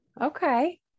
Okay